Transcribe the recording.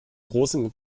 großen